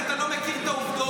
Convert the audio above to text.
כי אתה לא מכיר את העובדות.